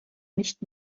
nicht